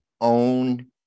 own